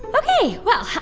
ok. well,